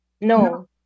No